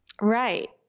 Right